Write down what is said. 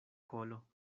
kolo